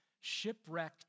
shipwrecked